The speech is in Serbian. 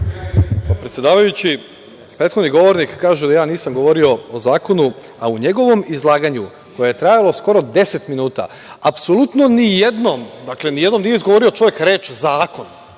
Predsedavajući, prethodni govornik kaže da ja nisam govorio o zakonu, a u njegovom izlaganju, koje je trajalo skoro deset minuta, apsolutno ni jednom, dakle, ni jednom nije izgovorio reč zakon.